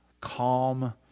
calm